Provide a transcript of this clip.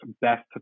best